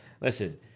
Listen